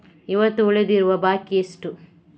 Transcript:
ಇವತ್ತು ಉಳಿದಿರುವ ಬಾಕಿ ಎಷ್ಟು?